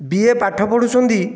BA ପାଠ ପଢ଼ୁଛନ୍ତି